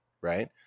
right